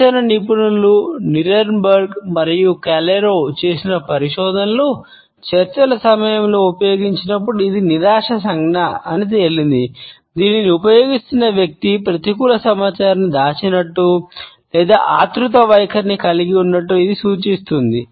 చర్చల నిపుణులు నీరెన్బర్గ్ చేసిన పరిశోధనలు చర్చల సమయంలో ఉపయోగించినప్పుడు ఇది నిరాశ సంజ్ఞ అని తేలింది దీనిని ఉపయోగిస్తున్న వ్యక్తి ప్రతికూల సమాచారాన్ని దాచినట్లు లేదా ఆత్రుత వైఖరిని కలిగి ఉన్నట్లు ఇది సూచిస్తుంది